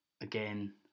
again